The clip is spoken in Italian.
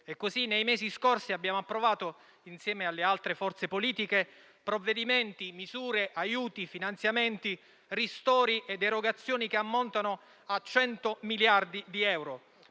E così nei mesi scorsi abbiamo approvato, insieme alle altre forze politiche, provvedimenti, misure, aiuti, finanziamenti, ristori ed erogazioni che ammontano a 100 miliardi di euro